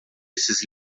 esses